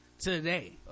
today